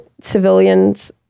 civilians